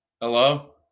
Hello